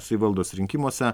savivaldos rinkimuose